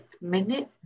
minute